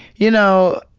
you know